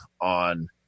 on